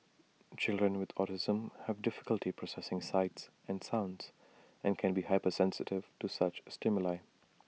children with autism have difficulty processing sights and sounds and can be hypersensitive to such stimuli